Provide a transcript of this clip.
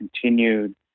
continued